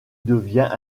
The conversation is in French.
devient